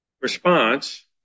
response